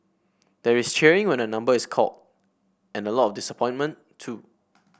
there is cheering when a number is called and a lot of disappointment too